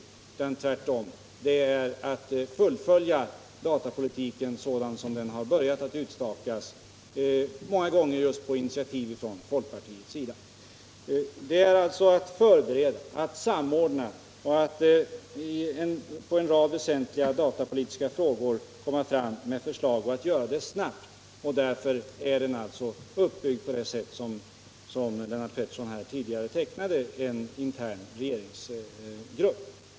Tvärtom gäller det att fullfölja datapolitiken sådan som den börjat utstakas, många gånger just på initiativ från folkpartiets sida. Samrådsgruppen har alltså att förbereda, samordna och i en rad väsentliga datapolitiska frågor arbeta fram regeringsförslag och att göra det snabbt. Därför är den uppbyggd på det sätt som Lennart Pettersson här tidigare tecknat, dvs. som en intern regeringsgrupp.